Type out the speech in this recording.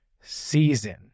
season